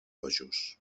bojos